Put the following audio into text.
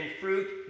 fruit